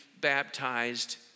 baptized